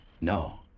No